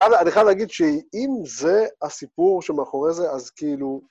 אני חייב להגיד שאם זה הסיפור שמאחורי זה, אז כאילו...